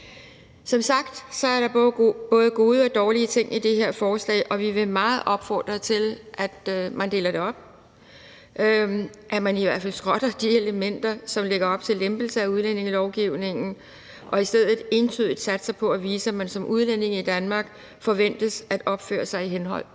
Som sagt er der både gode og dårlige ting i det her forslag, og vi vil meget opfordre til, at man deler det op, og at man i hvert fald skrotter de elementer, der lægger op til lempelser af udlændingelovgivningen, og i stedet entydigt satser på at vise, at man som udlænding i Danmark forventes at opføre sig i henhold